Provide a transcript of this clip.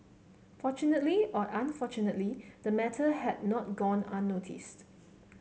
fortunately or unfortunately the matter had not gone unnoticed